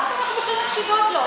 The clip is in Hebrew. מה פתאום אנחנו בכלל מקשיבות לו?